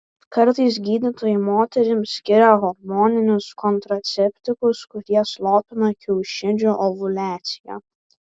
kartais gydytojai moterims skiria hormoninius kontraceptikus kurie slopina kiaušidžių ovuliaciją